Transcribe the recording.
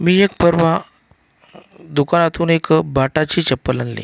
मी एक परवा दुकानातून एक बाटाची चप्पल आणली